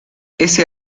ese